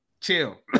chill